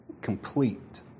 complete